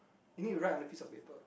meaning you write on a piece of paper